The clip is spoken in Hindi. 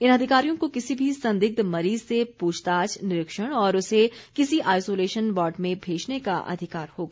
इन अधिकारियों को किसी भी संदिग्ध मरीज़ से पूछताछ निरीक्षण और उसे किसी आइसोलेशन वार्ड में भेजने का अधिकार होगा